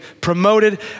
promoted